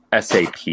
SAP